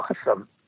awesome